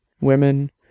women